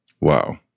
Wow